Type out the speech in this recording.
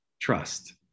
trust